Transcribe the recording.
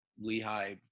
Lehigh